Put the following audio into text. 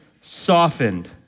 softened